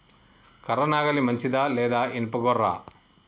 కర్ర నాగలి మంచిదా లేదా? ఇనుప గొర్ర?